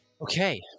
okay